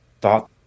thought